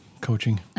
coaching